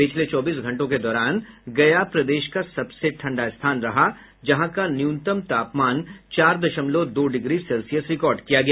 पिछले चौबीस घंटों के दौरान गया प्रदेश का सबसे ठंडा स्थान रहा जहां का न्यूनतम तापमान चार दशमलव दो डिग्री सेल्सियस रिकॉर्ड किया गया